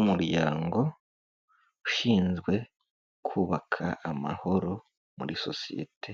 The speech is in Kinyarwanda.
Umuryango ushinzwe kubaka amahoro muri sosiyete